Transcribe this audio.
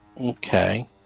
Okay